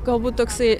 galbūt toksai